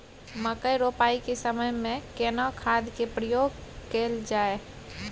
मकई रोपाई के समय में केना खाद के प्रयोग कैल जाय?